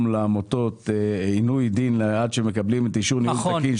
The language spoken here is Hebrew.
לעמותות עינוי דין עד שמקבלים אישור ניהול תקין,